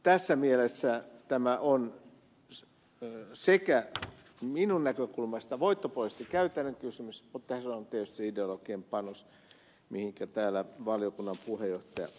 tässä mielessä tämä on minun näkökulmastani voittopuolisesti käytännön kysymys mutta tässä on tietysti se ideologinen panos mihinkä täällä valiokunnan puheenjohtaja viittasi